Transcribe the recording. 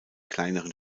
kleineren